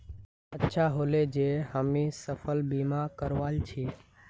अच्छा ह ले जे हामी फसल बीमा करवाल छि